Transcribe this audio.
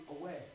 away